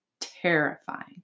terrifying